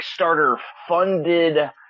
Kickstarter-funded